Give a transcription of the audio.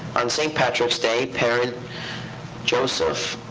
on st. patrick's day, parent joseph